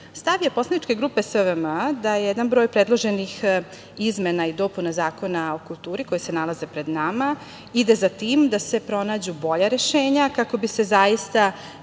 je poslaničke grupe SVM da je jedan broj predloženih izmena i dopuna Zakona o kulturi koji se nalaze pred nama ide za tim da se pronađu bolja rešenja kako bi se zaista